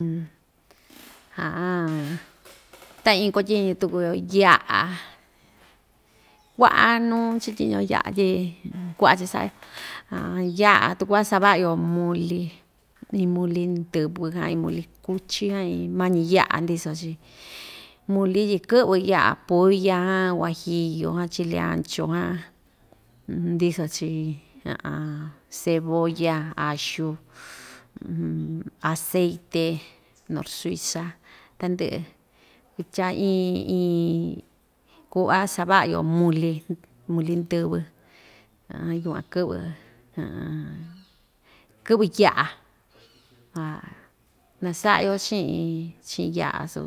ta iin kuatyiñu tuku‑yo ya'a kua'a nuu chityiñu‑yo ya'a tyi kua'a cha‑sa'a‑yo ya'a tu ku'va sava'a‑yo muli iin muli ndɨvɨ jan iin muli kuchi jan iin mañi ya'a ndiso‑chi muli tyi kɨ'vɨ ya'a pulla jan huajillu ja chile ancho jan ndiso‑chi cebolla axu aceite norsuiza tandɨ'ɨ kutya iin iin ku'va sava'a‑yo muli muli ndɨvɨ yukuan kɨ'vɨ kɨ'vɨ ya'a nasa'a‑yo chi'in chi'in ya'a su